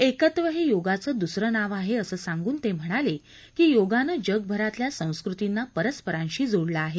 एकत्व हे योगाचं दुसरं नाव आहे असं सांगून ते म्हणाले की योगानं जगभरातल्या संस्कृतींना परस्परांशी जोडलं आहे